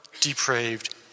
depraved